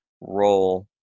role